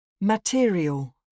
Material